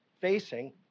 facing